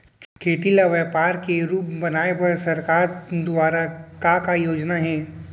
खेती ल व्यापार के रूप बनाये बर सरकार दुवारा का का योजना हे?